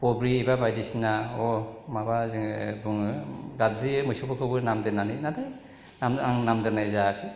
बब्रि एबा बायदिसिना माबा जोङो बुङो गाबज्रियो मोसौफोरखौबो नाम दोन्नानै नाथाय आं आं नाम दोन्नाय जायाखै